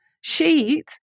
sheet